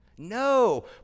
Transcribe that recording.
No